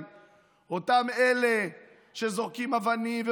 כמו גנבים,